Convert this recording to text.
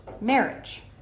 marriage